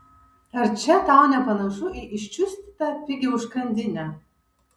ar čia tau nepanašu į iščiustytą pigią užkandinę